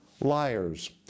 liars